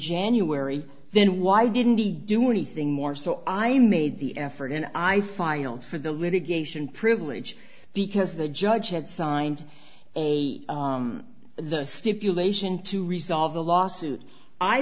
january then why didn't he do anything more so i made the effort and i filed for the litigation privilege because the judge had signed the stipulation to resolve the lawsuit i